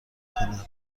کند